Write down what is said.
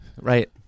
Right